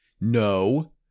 No